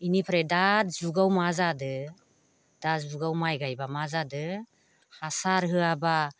बिनिफ्राय दा जुगाव मा जादों दा जुगाव माइ गायबा मा जादों हासार होआबा